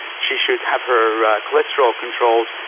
she should have her cholesterol controlled,